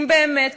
אם באמת,